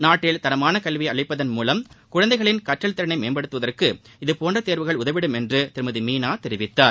நாட்டில் தரமான கல்வியை அளிப்பதன் மூவம் குழந்தைகளின் கற்றல் திறனை மேம்படுத்துவதற்கு இதுபோன்ற தேர்வுகள் உதவிடும் என்று திருமதி மீனா தெரிவித்தார்